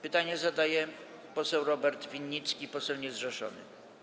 Pytanie zadaje poseł Robert Winnicki, poseł niezrzeszony.